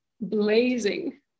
blazing